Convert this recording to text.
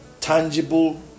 tangible